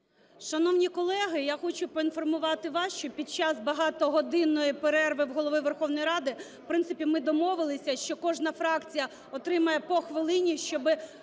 Шановні колеги! Я хочу поінформувати вас, що під час багатогодинної перерви в Голови Верховної Ради в принципі ми домовилися, що кожна фракція отримає по хвилині, щоб